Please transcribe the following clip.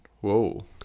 Whoa